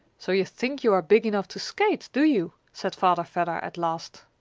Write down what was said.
so you think you are big enough to skate, do you? said father vedder, at last.